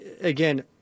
again